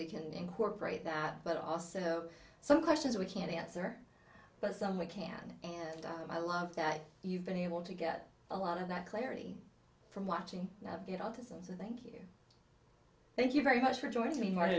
we can incorporate that but also some questions we can't answer but some we can and i love that you've been able to get a lot of that clarity from watching that get out to some so thank you thank you very much for joining me m